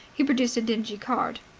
he produced a dingy card.